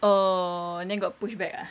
oh and then got pushback ah